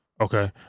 okay